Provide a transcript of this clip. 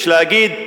יש להגיד,